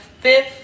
fifth